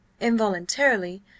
Involuntarily